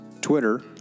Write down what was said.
Twitter